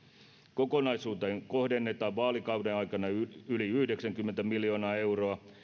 kokonaisuuteen kohdennetaan vaalikauden aikana yli yhdeksänkymmentä miljoonaa euroa